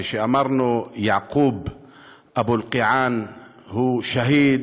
כשאמרנו שיעקוב אבו אלקיעאן הוא שהיד,